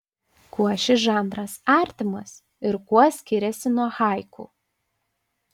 kuo šis žanras artimas ir kuo skiriasi nuo haiku